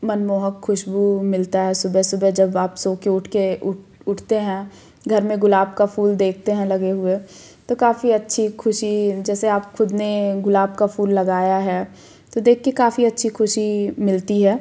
मनमोहक खुशबू मिलता है सुबह सुबह जब आप सो कर उठ कर उठते हैं घर में गुलाब का फूल देखते हैं लगे हुए तो काफ़ी अच्छी खुशी जैसे आप ख़ुद ने गुलाब का फूल लगाया है तो देख कर काफ़ी अच्छी खुशी मिलती है